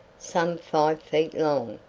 some five feet long,